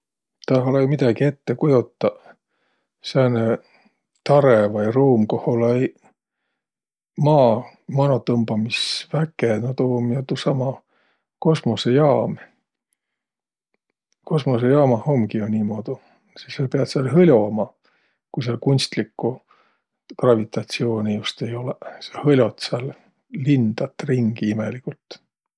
Tah olõ-õi midägi ette kujotaq. Sääne tarõ vai ruum, koh olõ-õi Maa manoqtõmbamisväke, no tuu um jo tuusama kosmosõjaam. Kosmosõjaamah umgi jo niimuudu. Sis sa piät sääl hõl'oma. Ku sääl kunstlikku gravitatsiuuni just ei olõq, sis hõl'ot sääl, lindat ringi imeligult.